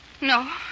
No